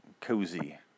Cozy